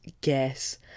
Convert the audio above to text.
guess